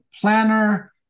planner